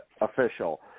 official